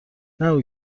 نگو